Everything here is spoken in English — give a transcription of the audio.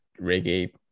reggae